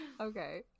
Okay